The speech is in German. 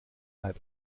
halb